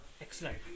Excellent